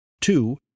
two